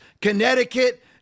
Connecticut